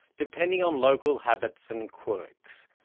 depending on local habits and quirks.